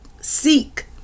seek